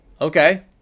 Okay